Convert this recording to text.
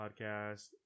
Podcast